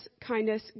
kindness